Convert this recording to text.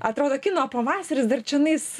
atrodo kino pavasaris dar čianais